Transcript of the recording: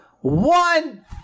one